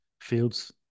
Fields